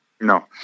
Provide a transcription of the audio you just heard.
No